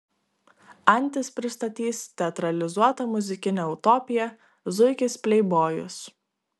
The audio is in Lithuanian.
antis pristatys teatralizuotą muzikinę utopiją zuikis pleibojus